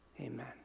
Amen